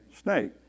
snake